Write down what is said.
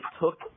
took